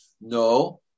no